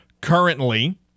currently